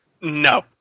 No